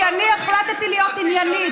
כי אני החלטתי להיות עניינית.